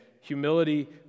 humility